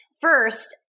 first